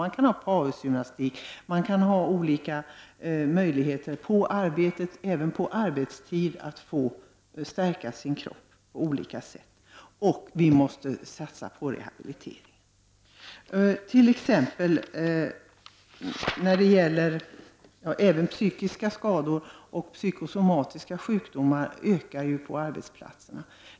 Det kan ske genom pausgymnastik och olika möjligheter på arbetet, även på arbetstid. Man måste satsa på rehabilitering. Även psykiska skador och psykosomatiska sjukdomar ökar på arbetsplatserna.